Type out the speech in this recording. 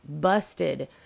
busted